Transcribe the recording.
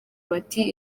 bati